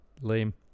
Lame